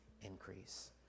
increase